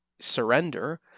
surrender